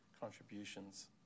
contributions